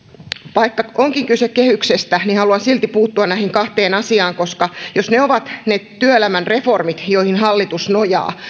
vaikka onkin kyse kehyksestä niin haluan silti puuttua näihin kahteen asiaan koska jos ne ovat ne työelämän reformit joihin hallitus nojaa